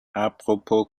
apropos